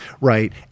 right